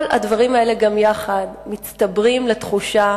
כל הדברים האלה גם יחד מצטברים לתחושה